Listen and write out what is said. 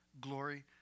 glory